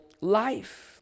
life